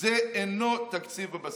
זה אינו תקציב בבסיס.